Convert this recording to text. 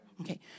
Okay